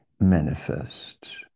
manifest